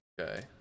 Okay